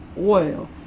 oil